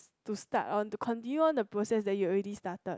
to start on to continue on the process that you already started